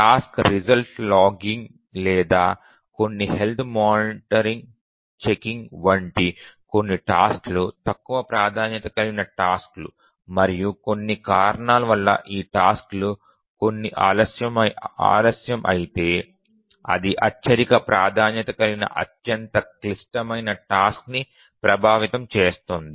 task result logging లేదా కొన్ని health monitoring checking వంటి కొన్ని టాస్క్ లు తక్కువ ప్రాధాన్యత కలిగిన టాస్క్ లు మరియు కొన్ని కారణాల వల్ల ఈ టాస్క్ లు కొన్ని ఆలస్యం అయితే అది అత్యధిక ప్రాధాన్యత కలిగిన అత్యంత క్లిష్టమైన టాస్క్ ని ప్రభావితం చేస్తుంది